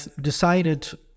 decided